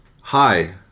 Hi